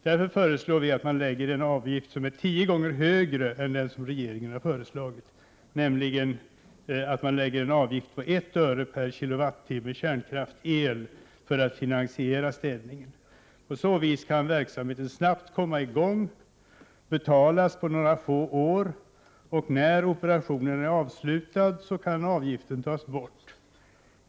Därför föreslår vi att man inför en avgift som är tio gånger högre än den regeringen har föreslagit. Vårt förslag är alltså en avgift på 1 öre per kilowattimme kärnkraftsel, för att finansiera städningen. På så vis kan verksamheten snabbt komma i gång och betalas på några få år, och när operationen är avslutad kan avgiften tas bort.